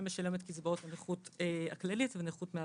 שמשלם את קצבאות הנכות הכללית ונכות מהעבודה.